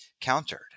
countered